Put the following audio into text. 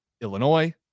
Illinois